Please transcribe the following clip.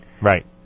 Right